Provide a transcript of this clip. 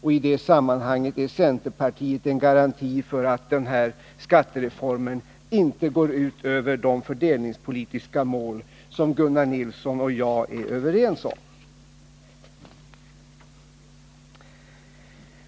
I det sammanhanget är centerpartiet en garanti för att denna skattereform inte går ut över de fördelningspolitiska mål som Gunnar Nilsson och jag är överens om.